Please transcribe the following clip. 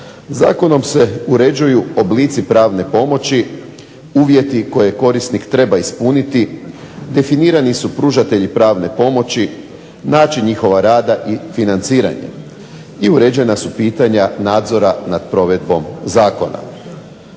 Zakonom se uređuju oblici pravne pomoći, uvjeti koje korisnik treba ispuniti, definirani su pružatelji pravne pomoći, način njihov rada i financiranje i uređena su pitanja nadzora nad provedbom zakona.